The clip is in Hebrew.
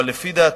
אבל לפי דעתי,